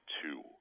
two